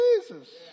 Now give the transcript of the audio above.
Jesus